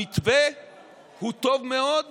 המתווה הוא טוב מאוד,